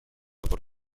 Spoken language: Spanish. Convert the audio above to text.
por